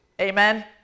Amen